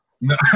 No